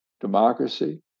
democracy